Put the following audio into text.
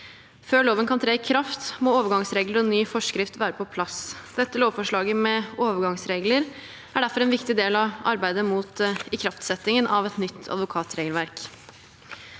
Før loven kan tre i kraft, må overgangsregler og ny forskrift være på plass. Dette lovforslaget med overgangsregler er derfor en viktig del av arbeidet mot ikraftsettingen av et nytt advokatregelverk.